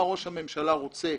מה ראש הממשלה רוצה,